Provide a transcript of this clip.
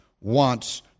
wants